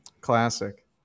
Classic